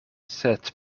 sed